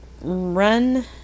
run